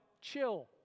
Chill